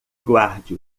guarde